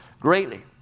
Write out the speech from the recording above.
greatly